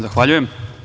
Zahvaljujem.